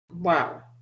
Wow